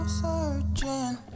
searching